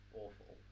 awful